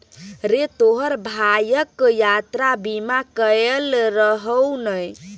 रे तोहर भायक यात्रा बीमा कएल रहौ ने?